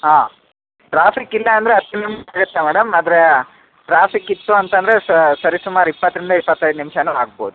ಹಾಂ ಟ್ರಾಫಿಕ್ ಇಲ್ಲ ಅಂದರೆ ಹತ್ತು ನಿಮಿಷ ಆಗುತ್ತೆ ಮೇಡಮ್ ಆದರೆ ಟ್ರಾಫಿಕ್ ಇತ್ತು ಅಂತ ಅಂದರೆ ಸರಿಸುಮಾರು ಇಪ್ಪತ್ತರಿಂದ ಇಪ್ಪತ್ತೈದು ನಿಮಿಷನೂ ಆಗ್ಬೋದು